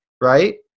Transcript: right